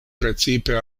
precipe